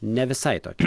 ne visai tokia